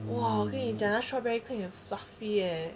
!wah! 我跟你讲那个 strawberry cake 很 fluffy leh